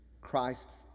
Christ's